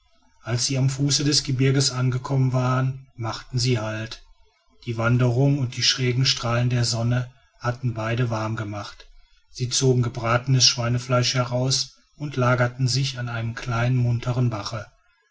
als sie am fuße des gebirges angekommen waren machten sie halt die wanderung und die schrägen strahlen der sonne hatten beide warm gemacht sie zogen gebratenes schweinefleisch heraus und lagerten sich an einem kleinen munteren bache